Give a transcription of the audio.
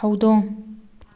ꯍꯧꯗꯣꯡ